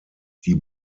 die